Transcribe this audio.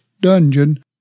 dungeon